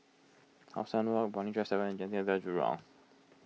How Sun Walk Brani Drive seven and Genting Hotel Jurong